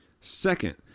Second